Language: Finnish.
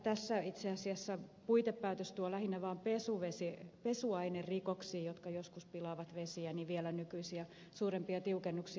tässä itse asiassa puitepäätös tuo lähinnä vain pesuainerikoksiin kun pesuaineet joskus pilaavat vesistöjä vielä nykyistä suurempia tiukennuksia